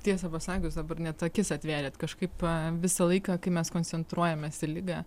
tiesą pasakius dabar net akis atvėrėt kažkaip visą laiką kai mes koncentruojamės į ligą